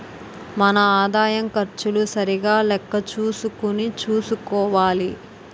మన ఆదాయం ఖర్చులు సరిగా లెక్క చూసుకుని చూసుకోవాలి